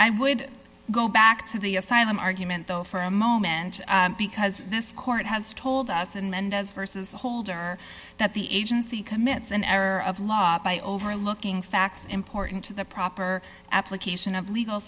i would go back to the asylum argument though for a moment because this court has told us and mendez versus holder that the agency commits an error of law by overlooking facts important to the proper application of legal